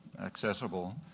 accessible